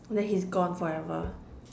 then he's gone forever